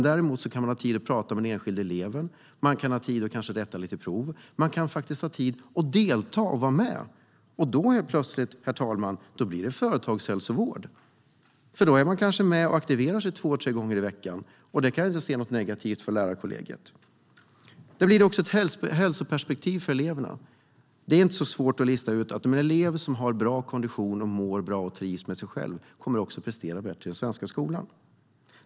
Däremot kan man ha tid att prata med den enskilde eleven, kanske ha tid att rätta lite prov. Man kan faktiskt ha tid att delta och vara med, och då helt plötsligt, herr talman, blir det företagshälsovård, för då är man kanske med och aktiverar sig två eller tre gånger i veckan. Det kan jag inte se något negativt i för lärarkollegiet. Det blir också ett hälsoperspektiv för eleverna. Det är inte så svårt att lista ut att en elev som har bra kondition, mår bra och trivs med sig själv också kommer att prestera bättre i den svenska skolan.